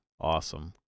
awesome